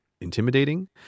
intimidating